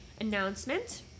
announcement